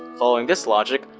following this logic,